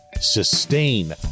sustain